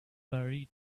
buried